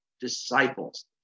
disciples